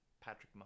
Patrick